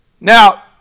now